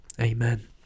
Amen